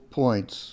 points